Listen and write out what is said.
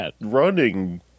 running